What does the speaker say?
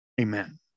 Amen